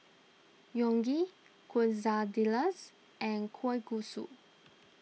Unagi Quesadillas and Kalguksu